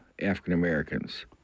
african-americans